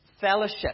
fellowship